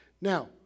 Now